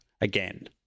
again